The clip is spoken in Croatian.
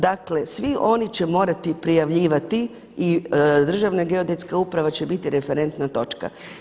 Dakle, svi oni će morati prijavljivati i Državna geodetska uprava će biti referentna točka.